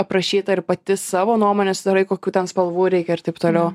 aprašyta ir pati savo nuomonę susidarai kokių ten spalvų reikia ir taip toliau